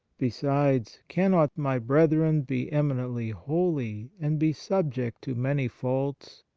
besides, cannot my brethren be eminently holy and be subject to many faults,